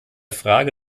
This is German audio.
frage